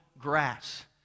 Grass